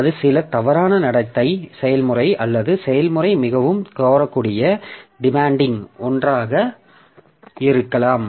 அது சில தவறான நடத்தை செயல்முறை அல்லது செயல்முறை மிகவும் கோரக்கூடிய ஒன்றாக இருக்கலாம்